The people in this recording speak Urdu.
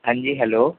ہاں جی ہیلو